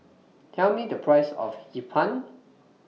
Tell Me The Price of Hee Pan